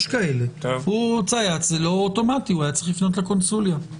היה צריך לפנות לקונסוליה.